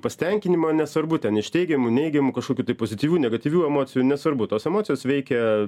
pasitenkinimą nesvarbu ten iš teigiamų neigiamų kažkokių tai pozityvių negatyvių emocijų nesvarbu tos emocijos veikia